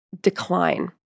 decline